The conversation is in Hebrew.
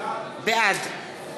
בעד